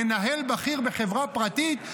מנהל בכיר בחברה פרטית,